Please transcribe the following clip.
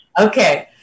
Okay